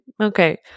Okay